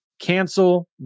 cancel